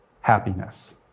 Happiness